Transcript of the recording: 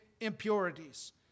impurities